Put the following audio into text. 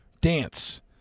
dance